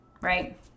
right